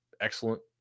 excellent